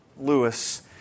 Lewis